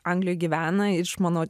anglijoj gyvena iš mano